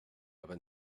aber